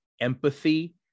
Empathy